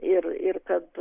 ir ir kad